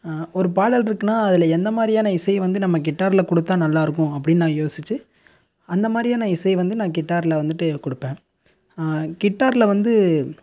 ஒரு பாடல் இருக்குதுன்னா அதில் எந்த மாதிரியான இசை வந்து நம்ம கிட்டாரில் கொடுத்தா நல்லா இருக்கும் அப்படினு நான் யோசித்து அந்த மாதிரியான இசை வந்து நான் கிட்டாரில் வந்துட்டு கொடுப்பேன் கிட்டாரில் வந்து